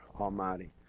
Almighty